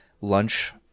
lunch